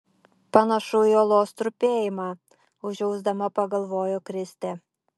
panašu į uolos trupėjimą užjausdama pagalvojo kristė